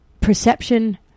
perception